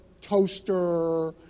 toaster